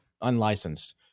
unlicensed